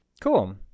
Cool